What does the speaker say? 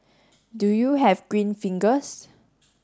do you have green fingers